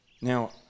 Now